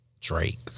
Drake